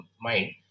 mind